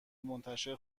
منتشر